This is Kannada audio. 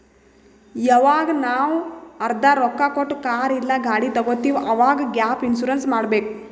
ಯವಾಗ್ ನಾವ್ ಅರ್ಧಾ ರೊಕ್ಕಾ ಕೊಟ್ಟು ಕಾರ್ ಇಲ್ಲಾ ಗಾಡಿ ತಗೊತ್ತಿವ್ ಅವಾಗ್ ಗ್ಯಾಪ್ ಇನ್ಸೂರೆನ್ಸ್ ಮಾಡಬೇಕ್